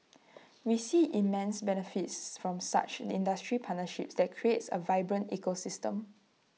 we see immense benefits from such industry partnership that creates A vibrant ecosystem